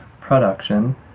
production